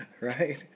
right